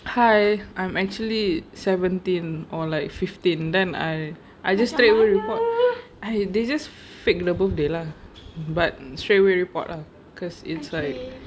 hi I'm actually seventeen or like fifteen then I I just straight away report they just fake their birthday lah but straight away we report lah because it's like